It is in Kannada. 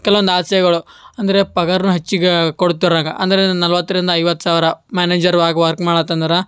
ಕೆಲವೊಂದು ಆಸೆಗಳು ಅಂದರೆ ಪಗಾರನೂ ಹಚ್ಚಿಗೆ ಕೊಡ್ತಾರೆ ಆಗ ಅಂದರೆ ನಲ್ವತ್ತರಿಂದ ಐವತ್ತು ಸಾವಿರ ಮ್ಯಾನೇಜರ್ ಆಗಿ ವರ್ಕ್ ಮಾಡುತ್ತಂದ್ರ